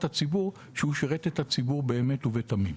הציבור שהוא שירת את הציבור באמת ובתמים.